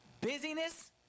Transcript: Busyness